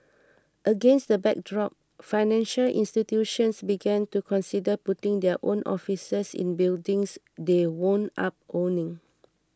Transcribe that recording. against that backdrop financial institutions began to consider putting their own offices in buildings they wound up owning